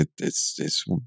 it's—it's